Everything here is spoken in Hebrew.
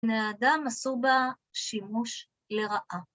בני אדם עשו בה שימוש לרעה.